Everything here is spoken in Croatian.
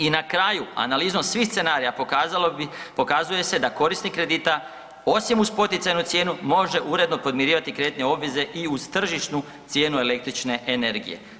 I na kraju analizom svih scenarija pokazuje se da korisnik kredita osim uz poticajnu cijenu može uredno podmirivati kreditne obveze i uz tržišnu cijenu električne energije.